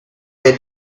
they